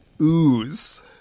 ooze